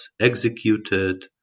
executed